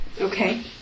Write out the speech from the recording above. Okay